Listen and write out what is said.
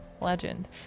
legend